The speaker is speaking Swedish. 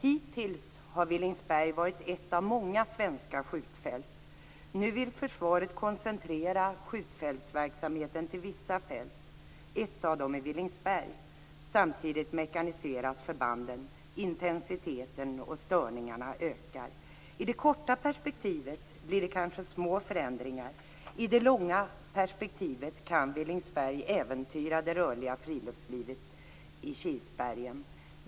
Hittills har Villingsberg varit ett av många svenska skjutfält. Nu vill försvaret koncentrera skjutfältsverksamheten till vissa fält. Ett av dem är Villingsberg. Samtidigt mekaniseras förbanden. Intensiteten och störningarna ökar. I det korta perspektivet blir det kanske små förändringar. I det långa perspektivet kan Villingsberg äventyra det rörliga friluftslivet i Kilsbergen.